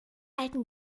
alten